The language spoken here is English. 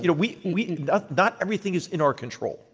you know, we we not not everything is in our control,